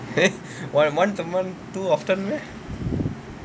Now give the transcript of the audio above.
eh once a month too often meh